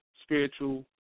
spiritual